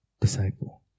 disciple